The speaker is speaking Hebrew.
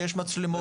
שיש מצלמות,